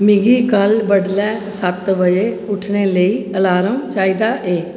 मिगी कल बडलै सत्त बजे उट्ठने लेई अलार्म चाहिदा ए